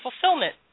fulfillment